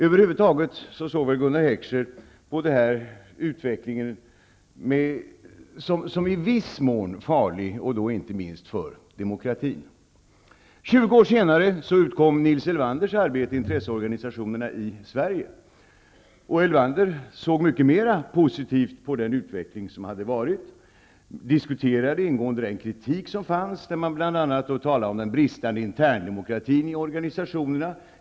Över huvud taget såg Gunnar Heckscher denna utveckling som i viss mån farlig, inte minst för demokratin. 20 år senare utkom Nils Elvanders arbete Intresseorganisationerna i Sverige. Elvander såg mycket mera positivt på den utveckling som hade varit. Han diskuterade ingående den kritik som fanns, där man bl.a. talade om den bristande interndemokratin i organisationerna.